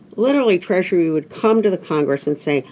literally treasury would come to the congress and say,